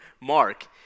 Mark